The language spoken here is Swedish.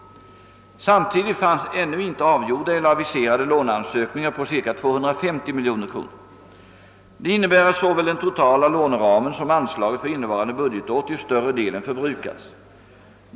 Samtidigt fanns ännu inte avgjorda eller aviserade låneansökningar på cirka 250 miljoner kronor. Det innebär, att såväl den totala låneramen som anslaget för innevarande budgetår till större delen förbrukats.